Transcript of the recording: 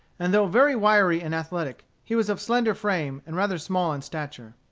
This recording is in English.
and though very wiry and athletic, he was of slender frame, and rather small in stature.